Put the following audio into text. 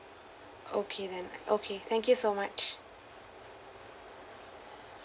okay then okay thank you so much